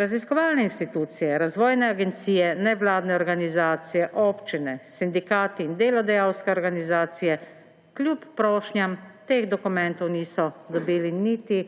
Raziskovalne institucije, razvojne agencije, nevladne organizacije, občine, sindikati in delodajalske organizacije kljub prošnjam teh dokumentov niso dobili niti